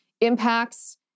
impacts